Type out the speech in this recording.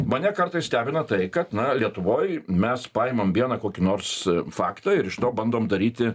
mane kartais stebina tai kad na lietuvoj mes paimam vieną kokį nors faktą ir iš to bandom daryti